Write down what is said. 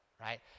right